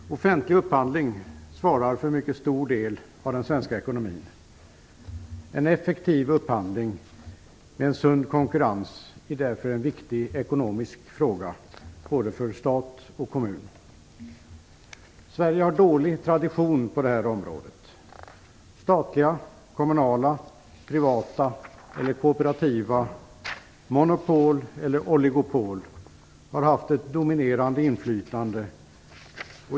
Herr talman! Offentlig upphandling svarar för en mycket stor del av den svenska ekonomin. En effektiv upphandling med en sund konkurrens är därför en viktig ekonomisk fråga, både för stat och kommun. Sverige har en dålig tradition på detta område. Statliga, kommunala, privata och kooperativa monopol eller oligopol har haft ett dominerande inflytande.